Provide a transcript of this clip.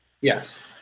Yes